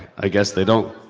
i guess they don't.